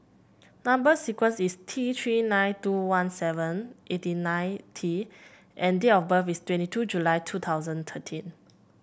number sequence is T Three nine two one seven eighty nine T and date of birth is twenty two July two thousand thirteen